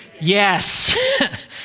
Yes